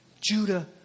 Judah